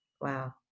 Wow